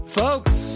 folks